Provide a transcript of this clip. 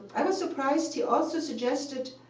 i was surprised. he also suggested